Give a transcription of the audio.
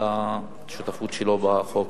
על השותפות שלו בחוק.